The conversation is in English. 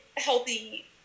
Healthy